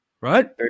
right